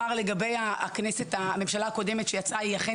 לגבי הממשלה הקודמת שיצאה.